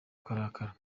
ukarakara